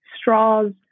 straws